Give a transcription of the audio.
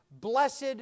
blessed